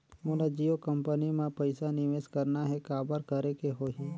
मोला जियो कंपनी मां पइसा निवेश करना हे, काबर करेके होही?